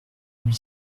huit